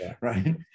right